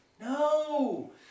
No